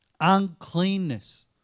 uncleanness